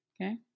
Okay